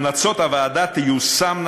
המלצות הוועדה תיושמנה,